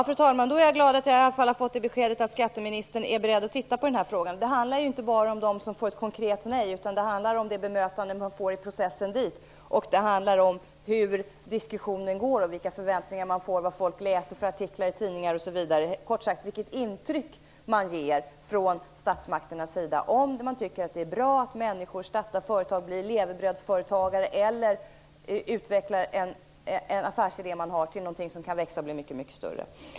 Fru talman! Jag är glad att jag har fått beskedet att skatteministern är beredd att se över frågan. Det handlar inte bara om dem som får ett konkret nej. Det handlar om det bemötande man får i processen. Det handlar om hur diskussionen går, förväntningar, vad folk läser för artiklar i tidningarna osv. Kort sagt: Vilket intryck som ges från statsmakternas sida, dvs. om man tycker att det är bra att människor startar företag eller utvecklar en affärsidé till något som kan växa och bli större.